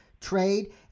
trade